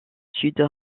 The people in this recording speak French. sud